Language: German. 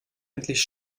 endlich